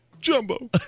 Jumbo